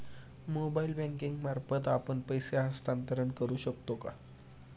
Mobile banking मार्फत आपण पैसे हस्तांतरण करू शकतो का?